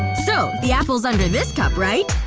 so, the apple is under this cup, right?